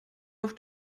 auf